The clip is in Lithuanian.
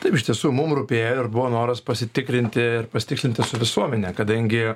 taip iš tiesų mum rūpėjo ir buvo noras pasitikrinti ir pasitikslinti su visuomene kadangi